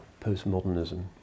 postmodernism